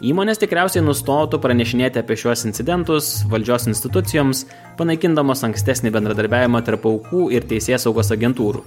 įmonės tikriausiai nustotų pranešinėti apie šiuos incidentus valdžios institucijoms panaikindamos ankstesnį bendradarbiavimą tarp aukų ir teisėsaugos agentūrų